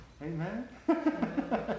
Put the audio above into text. Amen